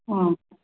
ಹಾಂ